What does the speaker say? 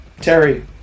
Terry